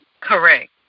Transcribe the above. Correct